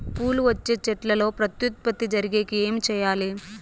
పూలు వచ్చే చెట్లల్లో ప్రత్యుత్పత్తి జరిగేకి ఏమి చేయాలి?